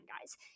guys